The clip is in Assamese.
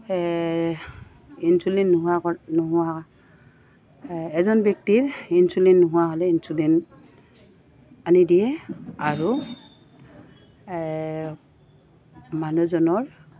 ইঞ্চুলিন নোহোৱা কৰি নোহোৱা এজন ব্যক্তিৰ ইঞ্চুলিন নোহোৱা হ'লে ইঞ্চুলিন আনি দিয়ে আৰু মানুহজনৰ